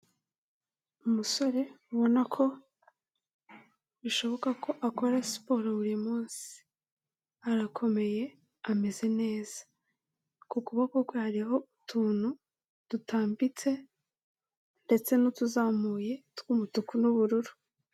Umusore ubona ko bishoboka ko akora siporo buri munsi, arakomeye, ameze neza, ku kuboko kwe hariho utuntu dutambitse ndetse n'utuzamuye tw'umutuku n'ubururu.